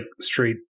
straight